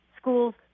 schools